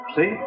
See